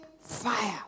fire